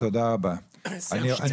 תודה רבה, אני